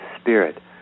spirit